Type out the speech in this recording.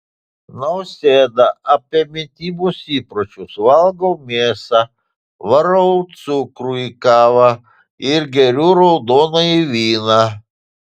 nausėda apie mitybos įpročius valgau mėsą varau cukrų į kavą ir geriu raudonąjį vyną